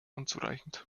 unzureichend